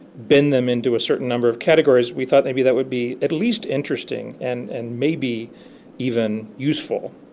bend them into a certain number of categories we thought maybe that would be at least interesting and and maybe even useful